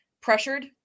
pressured